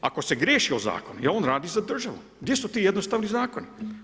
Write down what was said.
Ako se ogriješio o zakon, on radi za državu, gdje su ti jednostavni zakoni?